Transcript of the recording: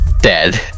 dead